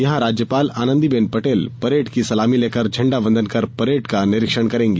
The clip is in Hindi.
यहां राज्यपाल आनंदीबेन पटेल परेड की सलामी लेकर झंडा वंदन कर परेड का निरीक्षण करेंगी